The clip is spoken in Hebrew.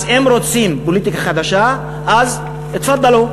אז אם רוצים פוליטיקה חדשה, אז תפאדלו.